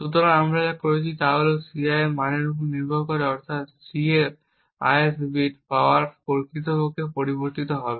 সুতরাং আমরা যা দেখছি তা হল Ci এর মানের উপর নির্ভর করে অর্থাৎ C এর ith বিট পাওয়ার প্রকৃতপক্ষে পরিবর্তিত হবে